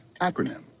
acronym